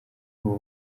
ubu